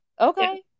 Okay